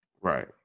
Right